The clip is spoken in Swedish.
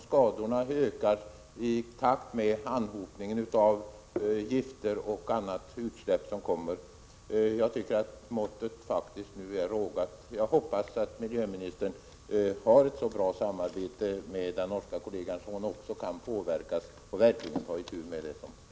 Skadorna ökar ju i takt med anhopningen av gifter och annat utsläpp. Jag tycker faktiskt att måttet nu är rågat, och jag hoppas att miljöministern har ett så bra samarbete med den norska kollegan att också hon kan påverkas och verkligen tar itu med problemen.